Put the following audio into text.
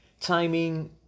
timing